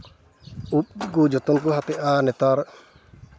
ᱩᱵ ᱠᱚ ᱡᱚᱛᱚᱱᱮᱫᱼᱟ ᱱᱮᱛᱟᱨ